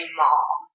mom